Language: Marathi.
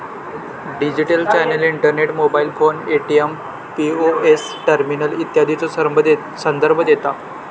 digital channel internet, mobile phone, ATM, POS terminal इत्यादीचो संदर्भ देता